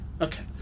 Okay